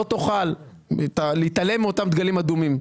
תוכל להתעלם מאותם דגלים אדומים כביכול.